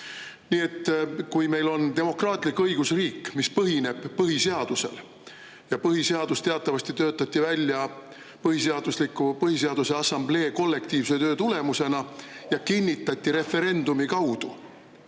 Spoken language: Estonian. Nii et kui meil on demokraatlik õigusriik, mis põhineb põhiseadusel, ning põhiseadus teatavasti töötati välja Põhiseaduse Assamblee kollektiivse töö tulemusena ja kinnitati referendumi kaudu,